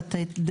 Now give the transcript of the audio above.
תודה רבה.